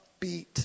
upbeat